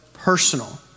personal